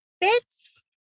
bits